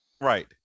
Right